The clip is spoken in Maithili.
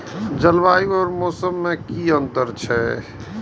जलवायु और मौसम में कि अंतर छै?